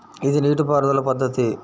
ఇది నీటిపారుదల పద్ధతి